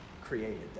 created